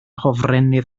hofrennydd